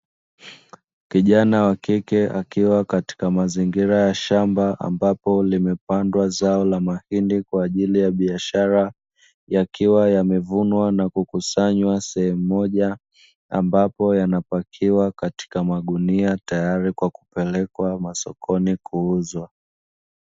Kijana wakike akiwa katika mazingira shamba, ambapo limepandwa zao la mahindi, kwa ajili ya biashara yakiwa yamevunwa na kukusanywa sehemu moja, ambapo yanapakiwa katika magunia tayari kwa kupelekwa masokoni kuuzwa.